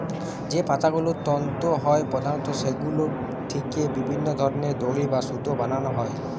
যে পাতাগুলো তন্তু হয় প্রধানত সেগুলো থিকে বিভিন্ন ধরনের দড়ি বা সুতো বানানা হয়